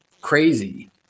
crazy